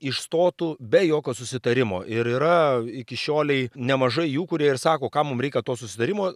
išstotų be jokio susitarimo ir yra iki šiolei nemažai jų kurie ir sako kam mum reikia to susitarimo